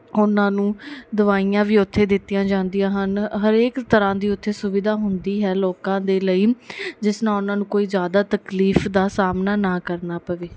ਉਹਨਾਂ ਨੂੰ ਦਵਾਈਆਂ ਵੀ ਉੱਥੇ ਦਿੱਤੀਆਂ ਜਾਂਦੀਆਂ ਹਨ ਹਰੇਕ ਤਰ੍ਹਾਂ ਦੀ ਉੱਥੇ ਸੁਵਿਧਾ ਹੁੰਦੀ ਹੈ ਲੋਕਾਂ ਦੇ ਲਈ ਜਿਸ ਨਾਲ ਉਹਨਾਂ ਨੂੰ ਕੋਈ ਜ਼ਿਆਦਾ ਤਕਲੀਫ ਦਾ ਸਾਹਮਣਾ ਨਾ ਕਰਨਾ ਪਵੇ